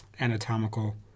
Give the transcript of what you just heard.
anatomical